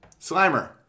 Slimer